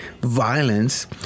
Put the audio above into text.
violence